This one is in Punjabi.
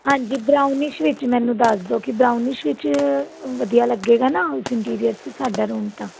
ਹਾਂਜੀ ਬ੍ਰਾਊਨਿਸ਼ ਵਿੱਚ ਮੈਨੂੰ ਦੱਸ ਦਿਓ ਕੀ ਬ੍ਰਾਊਨਿਸ਼ ਵਿੱਚ ਵਧੀਆ ਲੱਗੇਗਾ ਨਾ ਉਸ ਇੰਟੀਰੀਅਰ 'ਚ ਸਾਡਾ ਰੂਮ ਤਾਂ